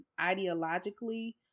ideologically